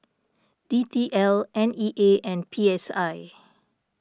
D T L N E A and P S I